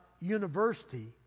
university